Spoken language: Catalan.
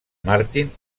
martin